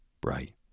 bright